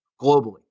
globally